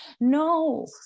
No